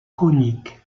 conique